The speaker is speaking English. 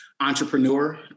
Entrepreneur